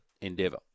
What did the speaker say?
endeavour